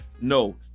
no